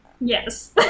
Yes